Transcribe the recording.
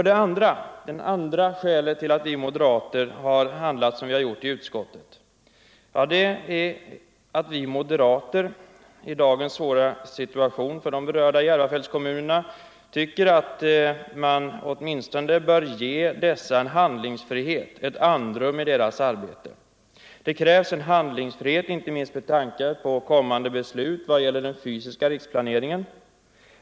Det andra skälet till att vi moderater i utskottet intagit den ståndpunkt som vi gjort är att vi, i dagens svåra situation för de berörda Järvafältskommunerna, tycker att man åtminstone bör ge dessa handlingsfrihet, ett andrum i deras arbete. Det krävs handlingsfrihet inte minst med tanke på kommande beslut gällande den fysiska riksplaneringen.